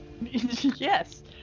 Yes